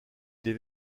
des